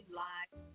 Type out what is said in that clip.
live